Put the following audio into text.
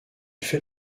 fait